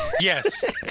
Yes